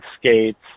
skates